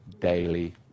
daily